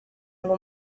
ngo